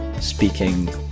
speaking